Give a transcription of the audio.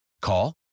Call